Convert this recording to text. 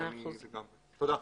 תודה.